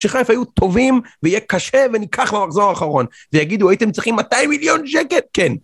שחיפה היו טובים ויהיה קשה וניקח במחזור האחרון ויגידו הייתם צריכים 200 מיליון שקל? כן